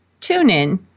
TuneIn